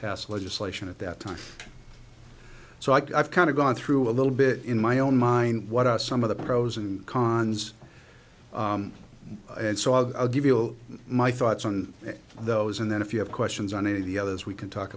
pass legislation at that time so i kind of gone through a little bit in my own mind what are some of the pros and cons and so i'll give you my thoughts on those and then if you have questions on any of the others we can talk